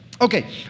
Okay